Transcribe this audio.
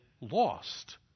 lost